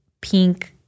pink